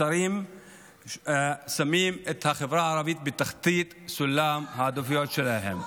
השרים שמים את החברה הערבית בתחתית סולם העדיפויות שלהם.